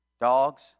dogs